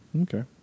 Okay